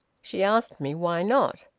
she asked me why not.